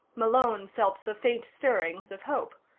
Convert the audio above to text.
malone felt the faint stirrings of hope.